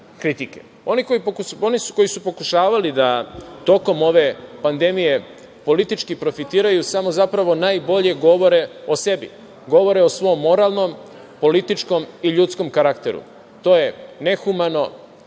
koji su pokušavali da tokom ove pandemije politički profitiraju samo, zapravo, najbolje govore o sebi, govore o svom moralnom, političkom i ljudskom karakteru. To je nehumano,